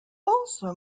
also